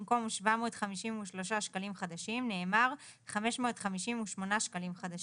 במקום "753 שקלים חדשים" נאמר "558 שקלים חדשים".